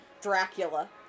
Dracula